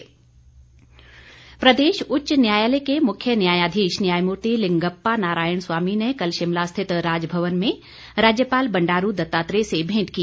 भेंट प्रदेश उच्च न्यायालय के मुख्य न्यायाधीश न्यायमूर्ति लिंगप्पा नारायण स्वामी ने कल शिमला रिथत राजभवन में राज्यपाल बंडारू दत्तात्रेय से भेंट की